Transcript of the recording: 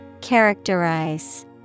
Characterize